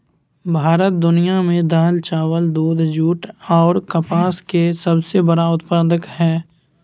भारत दुनिया में दाल, चावल, दूध, जूट आर कपास के सबसे बड़ा उत्पादक हय